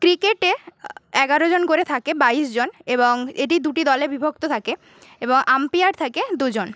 ক্রিকেটে এগারো জন করে থাকে বাইশ জন এবং এটি দুটি দলে বিভক্ত থাকে এবং আম্পিয়ার থাকে দুজন